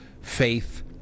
faith